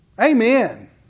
Amen